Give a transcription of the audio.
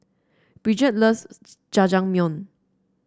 Bridgette loves Jajangmyeon